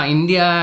India